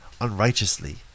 unrighteously